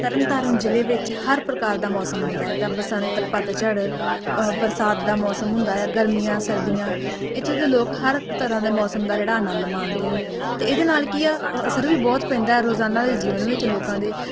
ਤਰਨ ਤਾਰਨ ਜ਼ਿਲ੍ਹੇ ਵਿੱਚ ਹਰ ਪ੍ਰਕਾਰ ਦਾ ਮੌਸਮ ਆਉਂਦਾ ਹੈ ਜਿੱਦਾਂ ਬਸੰਤ ਪਤਝੜ ਬਰਸਾਤ ਦਾ ਮੌਸਮ ਹੁੰਦਾ ਹੈ ਗਰਮੀਆਂ ਸਰਦੀਆਂ ਇੱਥੋਂ ਦੇ ਲੋਕ ਹਰ ਇੱਕ ਤਰ੍ਹਾਂ ਦੇ ਮੌਸਮ ਦਾ ਜਿਹੜਾ ਆਨੰਦ ਮਾਣਦੇ ਨੇ ਅਤੇ ਇਹਦੇ ਨਾਲ ਕੀ ਆ ਅਸਰ ਵੀ ਬਹੁਤ ਪੈਂਦਾ ਰੋਜ਼ਾਨਾ ਜੀਵਨ ਵਿੱਚ ਲੋਕਾਂ ਦੇ